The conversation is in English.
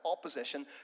opposition